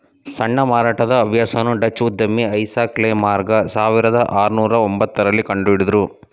ಸಣ್ಣ ಮಾರಾಟದ ಅಭ್ಯಾಸವನ್ನು ಡಚ್ಚು ಉದ್ಯಮಿ ಐಸಾಕ್ ಲೆ ಮಾರ್ಗ ಸಾವಿರದ ಆರುನೂರು ಒಂಬತ್ತ ರಲ್ಲಿ ಕಂಡುಹಿಡುದ್ರು